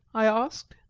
i asked.